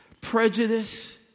prejudice